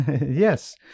Yes